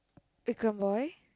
Vikram boy